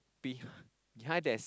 behind behind there's